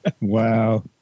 Wow